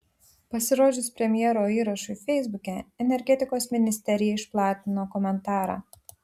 pasirodžius premjero įrašui feisbuke energetikos ministerija išplatino komentarą